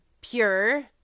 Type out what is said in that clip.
pure